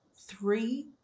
three